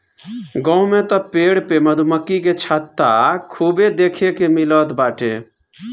गांव में तअ पेड़ पे मधुमक्खी के छत्ता खूबे देखे के मिलत बाटे